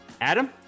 Adam